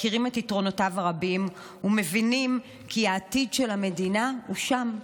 מכירים את יתרונותיו הרבים ומבינים כי העתיד של המדינה הוא שם,